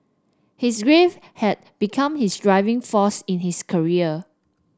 his grief had become his driving force in his career